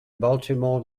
baltimore